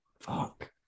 Fuck